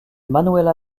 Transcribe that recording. manuela